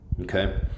Okay